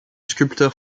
sculpteur